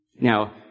Now